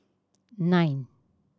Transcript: nine